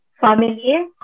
family